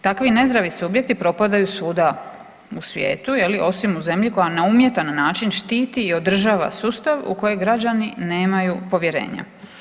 Takvi nezdravi subjekti propadaju svuda u svijetu osim u zemlji koja na umjetan način štiti i održava sustav u koji građani nemaju povjerenja.